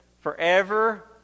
forever